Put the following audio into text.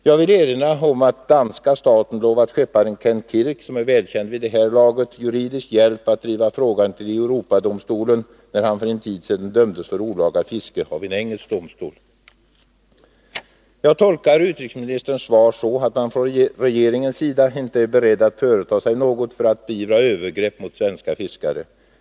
Jag vill erinra om att danska staten lovat skepparen Kent Kirk, som är välkänd vid det här laget, juridisk hjälp att driva frågan till Europadomstolen när han för en tid sedan dömdes för olaga fiske av en engelsk domstol. Jag tolkar utrikesministerns svar så att man från regeringens sida inte är beredd att företa sig något för att beivra övergrepp mot svenska fiskare.